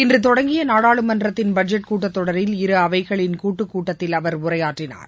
இன்று தொடங்கிய நாடாளுமன்றத்தின் பட்ஜெட் கூட்டத் தொடரில் இரு அவைகளின் கூட்டத்தில் அவர் உரையாற்றினார்